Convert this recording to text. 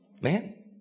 Man